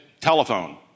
telephone